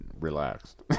relaxed